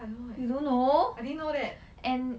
I don't know eh I didn't know leh